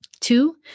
Two